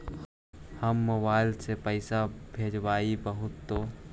हम मोबाईल से पईसा भेजबई बताहु तो?